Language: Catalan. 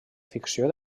ficció